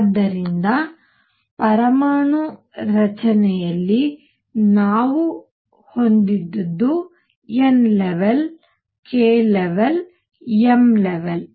ಆದ್ದರಿಂದ ಪರಮಾಣು ರಚನೆಯಲ್ಲಿ ನಾವು ಹೊಂದಿದ್ದದ್ದು n ಲೆವೆಲ್ k ಲೆವೆಲ್ ಮತ್ತು m ಲೆವೆಲ್